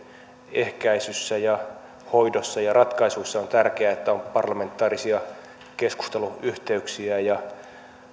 ehkäisyssä ja hoidossa ja ratkaisuissa on tärkeää että on parlamentaarisia keskusteluyhteyksiä ja